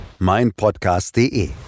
meinpodcast.de